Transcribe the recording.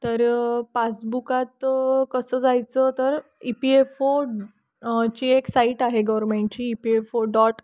तर पासबुकात कसं जायचं तर ई पी एफ ओ ची एक साईट आहे गवरर्मेंटची E P F O dot